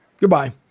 Goodbye